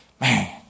man